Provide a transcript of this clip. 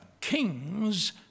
king's